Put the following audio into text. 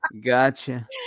gotcha